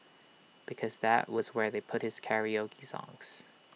because that was where they put his karaoke songs